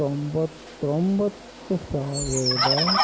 ತೊಂಬತ್ತೊಂಬತ್ತು ಸಾವಿರದ